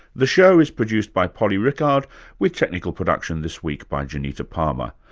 the show is produced by polly rickard with technical production this week by janita palmer.